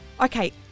Okay